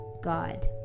God